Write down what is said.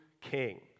king